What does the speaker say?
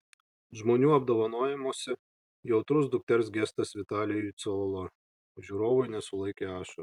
žmonių apdovanojimuose jautrus dukters gestas vitalijui cololo žiūrovai nesulaikė ašarų